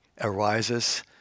arises